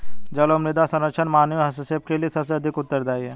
जल और मृदा संरक्षण मानवीय हस्तक्षेप के लिए सबसे अधिक उत्तरदायी हैं